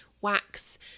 wax